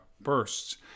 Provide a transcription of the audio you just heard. bursts